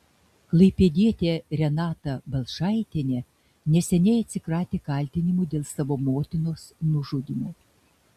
klaipėdietė renata balčaitienė neseniai atsikratė kaltinimų dėl savo motinos nužudymo